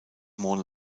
mont